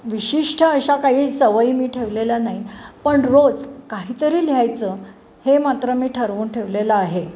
विशिष्ट अशा काही सवयी मी ठेवलेल्या नाही पण रोज काहीतरी लिहायचं हे मात्र मी ठरवून ठेवलेलं आहे